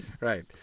Right